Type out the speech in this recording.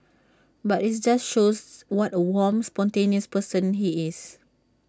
but IT just shows what A warm spontaneous person he is